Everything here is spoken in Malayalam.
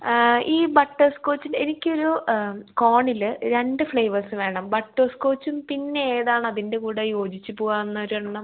ഈ ബട്ടർ സ്കോച്ച് എനിക്കൊരു കോണില് രണ്ട് ഫ്ലേവേഴ്സ് വേണം ബട്ടർ സ്കോച്ചും പിന്നെ ഏതാണതിൻ്റെ കൂടെ യോജിച്ച് പോവുന്നൊരെണ്ണം